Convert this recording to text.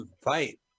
fight